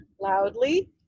loudly